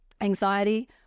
anxiety